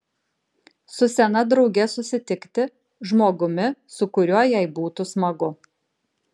su sena drauge susitikti žmogumi su kuriuo jai būtų smagu